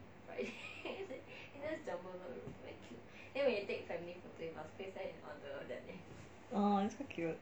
!aww! it's so cute